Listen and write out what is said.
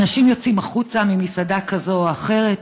אנשים יוצאים החוצה ממסעדה כזאת או אחרת,